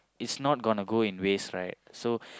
it's not going in waste right so